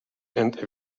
and